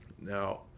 Now